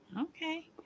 okay